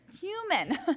human